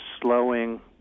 slowing